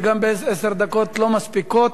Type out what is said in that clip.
וגם עשר דקות לא מספיקות.